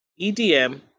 EDM